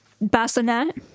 bassinet